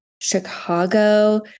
Chicago